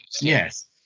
Yes